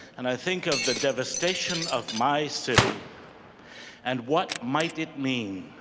and i think of the devastation of my city and what might it mean